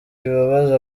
bibabaza